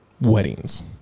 weddings